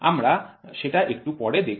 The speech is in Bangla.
আমরা সেটা একটু পরে দেখব